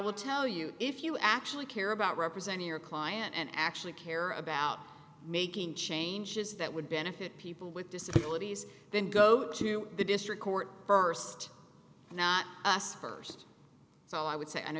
would tell you if you actually care about representing your client and actually care about making changes that would benefit people with disabilities then go to the district court first not us first so i would say i know